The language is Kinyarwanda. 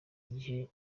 igihe